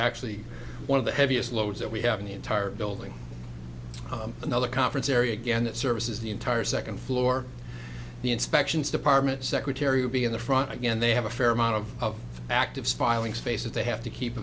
actually one of the heaviest loads that we have in the entire building another conference area again that services the entire second floor the inspections department secretary will be in the front again they have a fair amount of active spiling space that they have to keep